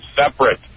separate